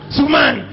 Suman